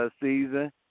season